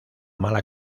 mala